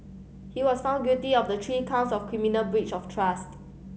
he was found guilty of the three counts of criminal breach of trust